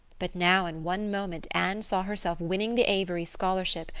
but now in one moment anne saw herself winning the avery scholarship,